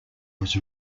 was